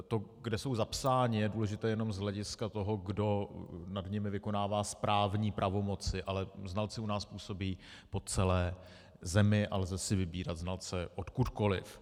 To, kde jsou zapsáni, je důležité jenom z hlediska toho, kdo nad nimi vykonává správní pravomoci, ale znalci u nás působí po celé zemi a lze si vybírat znalce odkudkoliv.